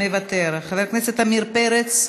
מוותר, חבר הכנסת עמיר פרץ,